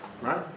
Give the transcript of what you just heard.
right